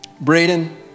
Braden